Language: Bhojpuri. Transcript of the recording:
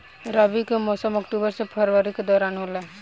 रबी के मौसम अक्टूबर से फरवरी के दौरान होला